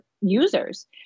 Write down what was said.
users